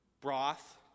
Broth